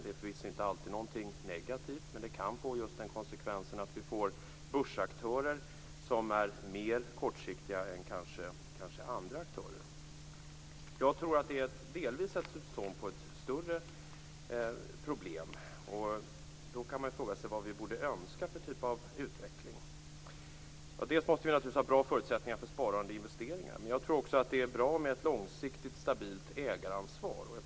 Det är inte alltid något negativt, men det kan få konsekvensen att vi får börsaktörer som är mer kortsiktiga än andra aktörer. Detta är delvis ett symtom på ett större problem. Då kan man fråga sig vad man borde önska sig för utveckling. Dels måste vi ha bra förutsättningar för sparande och investeringar, dels är det bra med ett långsiktigt, stabilt ägaransvar.